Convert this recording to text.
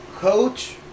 coach